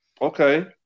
Okay